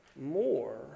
more